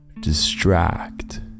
distract